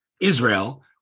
Israel